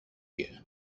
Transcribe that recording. here